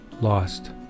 lost